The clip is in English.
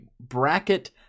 bracket